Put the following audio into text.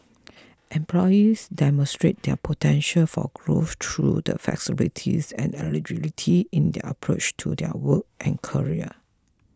employees demonstrate their potential for growth through the flexibilities and agility in their approach to their work and career